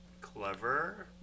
Clever